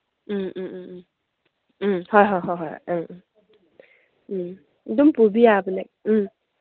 ꯎꯝ ꯎꯝ ꯎꯝ ꯎꯝ ꯍꯣꯏ ꯍꯣꯏ ꯍꯣꯏ ꯑ ꯑ ꯎꯝ ꯑꯗꯨꯝ ꯄꯨꯕ ꯌꯥꯕꯅꯦ ꯎꯝ